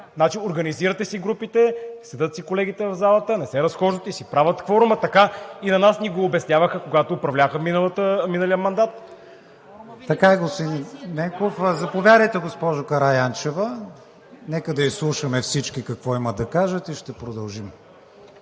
Значи, организирате си групите, седят си колегите в залата, не се разхождат и си правят кворума. Така и на нас ни го обясняваха, когато управлявахме в миналия мандат. ПРЕДСЕДАТЕЛ КРИСТИАН ВИГЕНИН: Така е, господин Ненков. Заповядайте, госпожо Караянчева. Нека да изслушаме всички какво имат да кажат и ще продължим.